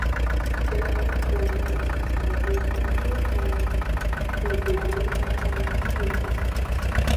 dell pelnas mažesnis nei pernai bet didesnis nei tikėtasi